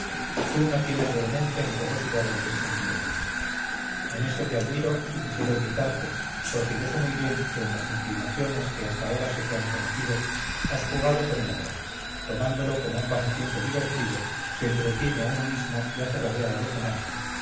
tú no tienes vehemencia ni fogosidad en tus sentimientos en esto te admiro y quisiera imitarte porque yo sé muy bien que en las inclinaciones que hasta ahora se te han conocido has jugado con el amor tomándolo como un pasatiempo divertido que entretiene a uno mismo y hace rabiar a los demás